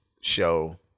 show